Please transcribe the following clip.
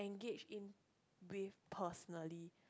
engage in with personally